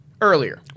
earlier